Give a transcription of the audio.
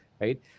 Right